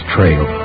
Trail